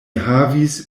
havis